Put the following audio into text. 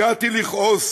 הגעתי לכעוס